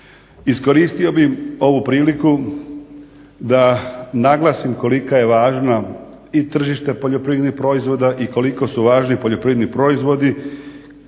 Iskoristio bi ovu priliku da naglasim koliko je važno i tržište poljoprivrednih proizvoda i koliko su važni poljoprivredni proizvodi.